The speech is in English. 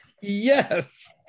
yes